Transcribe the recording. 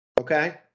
Okay